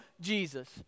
Jesus